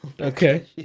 okay